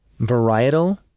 varietal